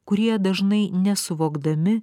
kurie dažnai nesuvokdami